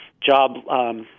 job